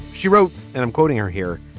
she wrote and i'm quoting her here.